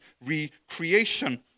recreation